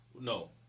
No